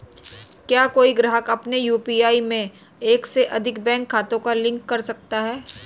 क्या कोई ग्राहक अपने यू.पी.आई में एक से अधिक बैंक खातों को लिंक कर सकता है?